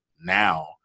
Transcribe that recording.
now